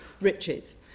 riches